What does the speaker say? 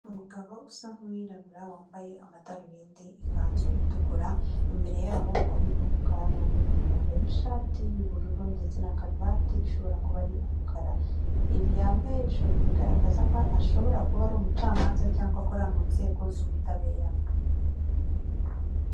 Umugabo usa nk'uwirabura wambaye amadarubindi, ikanzu itukura, imbere yaho hari umukara n'umweru, yambaye n'ishati y'ubururu ndetse na karuvati ishobora kuba ari umukara. Ibi yambaye bigaragaza ko ashobora kuba ari umucamanza cyangwa akora mu nzego z'ubutabera.